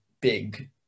big